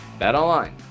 BetOnline